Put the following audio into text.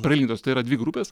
prailgintos tai yra dvi grupės